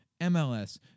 MLS